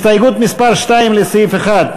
הסתייגות מס' 2 לסעיף 1,